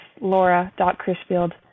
laura.crisfield